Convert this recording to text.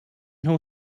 nhw